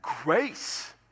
grace